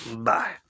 Bye